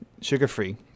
sugar-free